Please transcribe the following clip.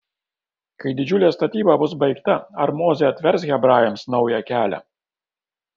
kai didžiulė statyba bus baigta ar mozė atvers hebrajams naują kelią